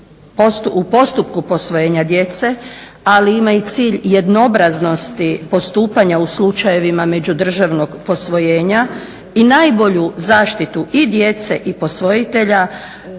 u postupku posvojenja djece ali ima i cilj jednoobraznosti postupanja u slučajevima međudržavnog posvojenja i najbolju zaštitu i djece i posvojitelja